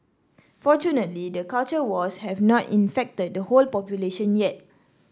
fortunately the culture wars have not infected the whole population yet